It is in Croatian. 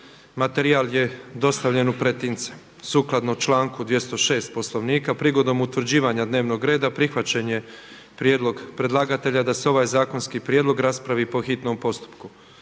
Materijal je dostavljen u pretince. Sukladno članku 206. Poslovnika prigodom utvrđivanja dnevnog reda prihvaćen je prijedlog predlagatelja da se ovaj zakonski prijedlog raspravi po hitnom postupku.